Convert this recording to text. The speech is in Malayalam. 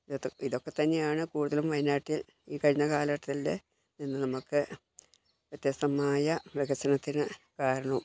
ഇതൊക്കെ ഇതൊക്കെത്തന്നെയാണ് കൂടുതലും വയനാട്ടിൽ ഈ കഴിഞ്ഞ കാലഘട്ടത്തിലെ എന്ന് നമുക്ക് വ്യത്യസ്തമായ വികസനത്തിന് കാരണോം